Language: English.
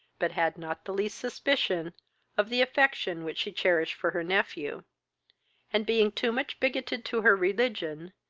but had not the least suspicion of the affection which she cherished for her nephew and, being too much bigotted to her religion,